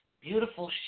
beautiful